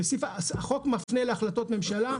החוק מפנה להחלטות ממשלה.